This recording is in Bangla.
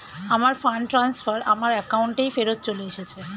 আমার ফান্ড ট্রান্সফার আমার অ্যাকাউন্টেই ফেরত চলে এসেছে